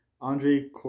Andre